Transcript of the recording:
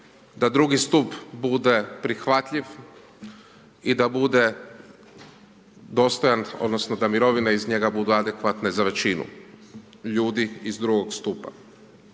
da II. stup bude prihvatljiv i da bude dostojan odnosno da mirovine iz njega budu adekvatne za većinu ljudi iz II. stupa.